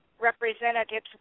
representatives